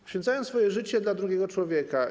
Poświęcają swoje życie dla drugiego człowieka.